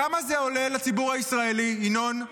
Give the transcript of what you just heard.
כמה זה עולה לציבור הישראלי, ינון?